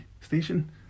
station